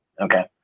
okay